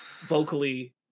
vocally